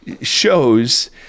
shows